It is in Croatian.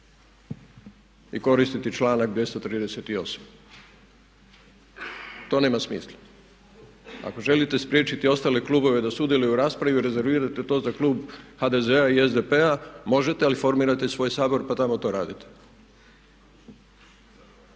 i koristiti članak 238. To nema smisla. Ako želite spriječiti ostale klubove da sudjeluju u raspravi rezervirajte to za klub HDZ-a i SDP-a, možete ali formirajte svoj Sabor pa tamo to radite.